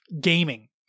gaming